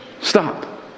Stop